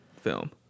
film